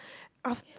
after